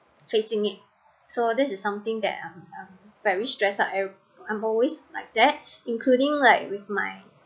facing it so this is something that I'm I'm I'm very stressed out I'm always like that including like with my